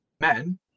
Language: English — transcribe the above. men